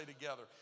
together